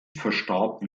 verstarb